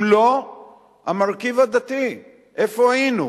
אם לא המרכיב הדתי, איפה היינו?